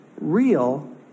real